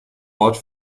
ort